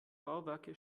bauwerke